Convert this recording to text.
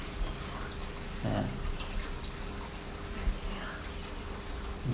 ya